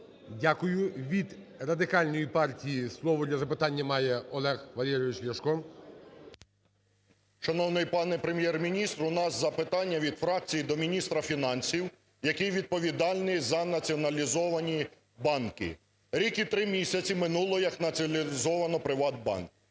Дякую. Від Радикальної партії слово для запитання має Олег Валерійович Ляшко. 10:30:04 ЛЯШКО О.В. Шановний пане Прем'єр-міністре, у нас запитання від фракції до міністра фінансів, який відповідальний за націоналізовані банки. Рік і 3 місяці минуло, як націоналізовано "Приватбанк".